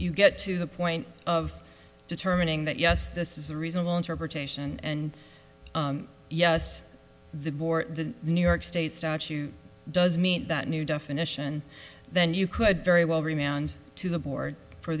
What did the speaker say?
you get to the point of determining that yes this is a reasonable interpretation and yes the board the new york state statute does meet that new definition then you could very well be man's to the board for